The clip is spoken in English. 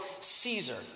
Caesar